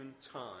time